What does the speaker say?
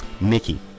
Mickey